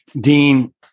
Dean